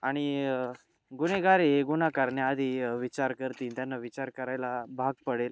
आणि गुन्हेगारही गुन्हा करण्याआधी विचार करतील त्यांना विचार करायला भाग पडेल